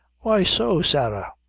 why so, sarah?